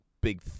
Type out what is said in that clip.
big